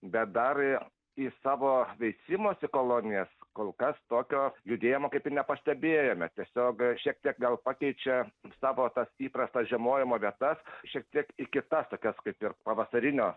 bet dar į savo veisimosi kolonijas kol kas tokio judėjimo kaip ir nepastebėjome tiesiog šiek tiek gal pakeičia savo tas įprastas žiemojimo vietas šiek tiek į kitas tokias kaip ir pavasarinio